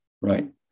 right